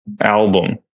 album